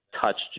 touched